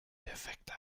defekter